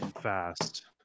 fast